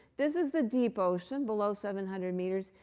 this is the deep ocean, below seven hundred meters.